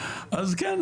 אז כן,